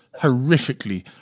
horrifically